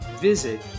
visit